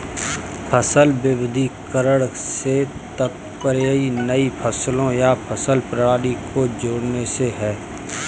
फसल विविधीकरण से तात्पर्य नई फसलों या फसल प्रणाली को जोड़ने से है